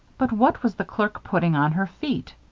but what was the clerk putting on her feet!